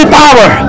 power